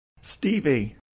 Stevie